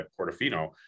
Portofino